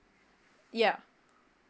yup